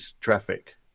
traffic